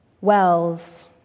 Wells